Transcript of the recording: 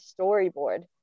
storyboard